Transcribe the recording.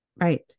Right